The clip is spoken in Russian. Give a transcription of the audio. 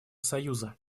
союза